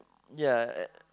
ya and